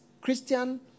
Christian